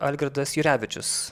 algirdas jurevičius